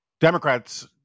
Democrats